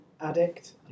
addict